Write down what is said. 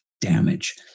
damage